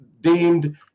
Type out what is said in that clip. deemed